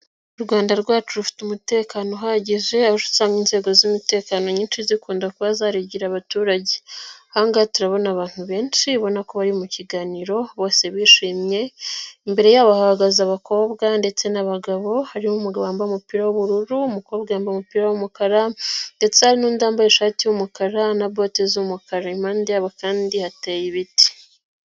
U Rwanda rwacu rufite umutekano uhagije, aho usanga inzego z'umutekano nyinshi zikunda kuba zaregereye abaturage. Aha ngaha turabona abantu benshi ubona ko bari mu kiganiro bose bishimye, imbere yabo hahagaze abakobwa ndetse n'abagabo harimo umugabo wambaye umupira w'ubururu umukobwa yambaye umupira w'umukara ndetse n'undi wambaye ishati y'umukara na bote z'umukara, impande yabo kandi hateye ibiti.